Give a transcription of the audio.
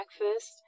breakfast